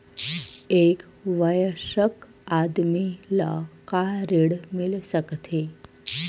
एक वयस्क आदमी ल का ऋण मिल सकथे?